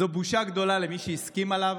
זו בושה גדולה למי שהסכים עליו,